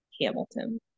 Hamilton